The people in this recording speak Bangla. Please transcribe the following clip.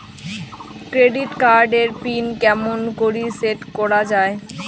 ক্রেডিট কার্ড এর পিন কেমন করি সেট করা য়ায়?